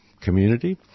community